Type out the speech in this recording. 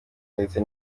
ndetse